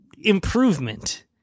improvement